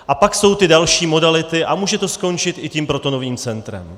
A pak jsou ty další modality a může to skončit i tím protonovým centrem.